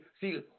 see